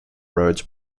roads